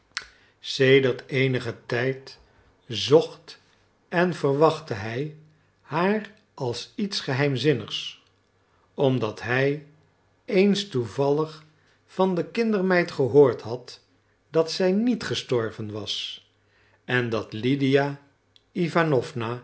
sedert eenigen tijd zocht en verwachtte hij haar als iets geheimzinnigs omdat hij eens toevallig van de kindermeid gehoord had dat zij niet gestorven was en dat lydia iwanowna